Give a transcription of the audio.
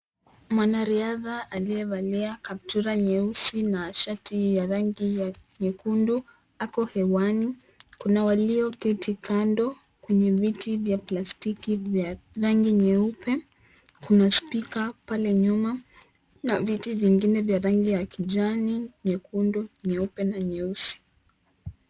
Mwanariadha aliyevalia kaptura nyeusi na shati ya rangi ya nyekundu ako hewani kuna walio keti kando kwenye viti vya plastiki vya rangi nyeupe kuna spika pale nyuma na viti vingine vya rangi ya kijani , nyekundu, nyeupe na nyeusi.